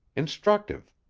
instructive,